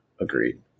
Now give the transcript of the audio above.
Agreed